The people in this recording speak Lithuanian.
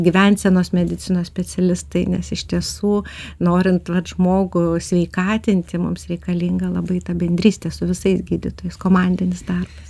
gyvensenos medicinos specialistai nes iš tiesų norint vat žmogų sveikatinti mums reikalinga labai ta bendrystė su visais gydytojais komandinis darbas